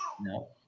No